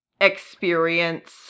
experience